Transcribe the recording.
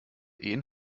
ehen